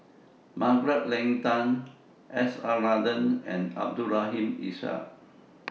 Margaret Leng Tan S R Nathan and Abdul Rahim Ishak